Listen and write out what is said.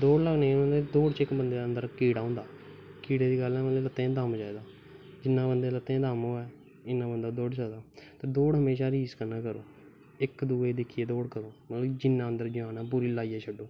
दौड़ा लाने दा बंदै अन्दर इक कीड़ा होंदा कीड़े दी गल्ल केह् लत्तें च दम चाहिदा जिन्ना बंदे दी लत्तें गी दम होऐ इन्ना बंदा दौड़ी सकदा ते दौड़ म्हेशा रीस कन्नै करो मतलब इक दुए गी दिक्खियै दौड़ा करो जिन्ना अन्दर जान ऐ पूरा लाइयै छड्डो